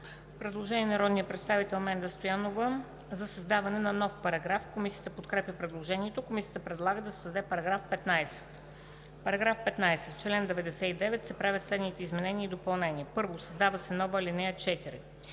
предложение на народния представител Менда Стоянова за създаване на нов параграф. Комисията подкрепя предложението. Комисията предлага да се създаде § 15: „§ 15. В чл. 99 се правят следните изменения и допълнения: 1. Създава се нова ал. 4: